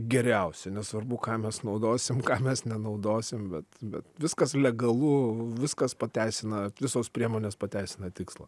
geriausi nesvarbu ką mes naudosim ką mes nenaudosim bet bet viskas legalu viskas pateisina visos priemonės pateisina tikslą